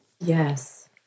Yes